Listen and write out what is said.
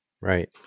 Right